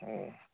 ꯑꯣ